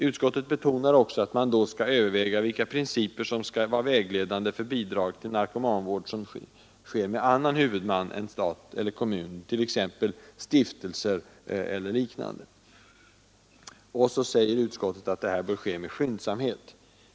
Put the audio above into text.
Utskottet understryker också att det bör ”övervägas vilka principer som bör vara vägledande för bidrag till narkomanvård, som drivs med annan huvudman än stat eller kommun”, dvs. stiftelser och liknande. Utskottet tillägger att detta bör ske med skyndsamhet.